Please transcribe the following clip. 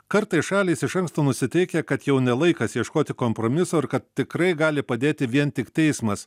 kartais šalys iš anksto nusiteikia kad jau ne laikas ieškoti kompromiso ir kad tikrai gali padėti vien tik teismas